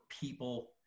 people